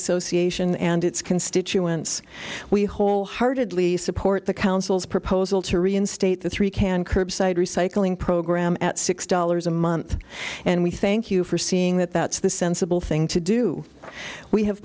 association and its constituents we wholeheartedly support the council's proposal to reinstate the three can curbside recycling program at six dollars a month and we thank you for seeing that that's the sensible thing to do we have